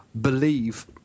believe